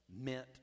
meant